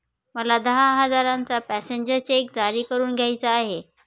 मला दहा हजारांचा पॅसेंजर चेक जारी करून घ्यायचा आहे